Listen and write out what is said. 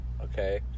Okay